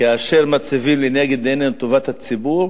כאשר מציבים לנגד עינינו את טובת הציבור,